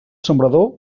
sembrador